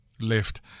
left